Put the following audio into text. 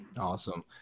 Awesome